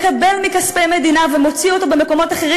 מקבל מכספי מדינה ומוציא אותו במקומות אחרים